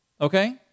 Okay